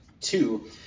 two